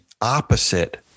opposite